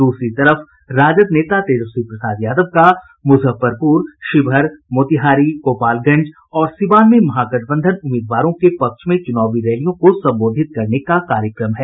दूसरी तरफ राजद नेता तेजस्वी प्रसाद यादव का मुजफ्फरपुर शिवहर मोतिहारी गोपालगंज और सीवान में महागठबंधन उम्मीदवारों के पक्ष में चुनावी रैलियों को संबोधित करने का कार्यक्रम है